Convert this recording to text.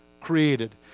created